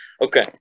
okay